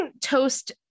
toast